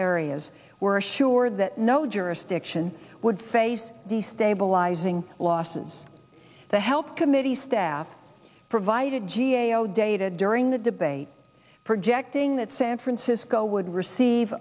areas were assured that no jurisdiction would face the stabilizing losses the health committee staff provided g a o data during the debate projecting that san francisco would receive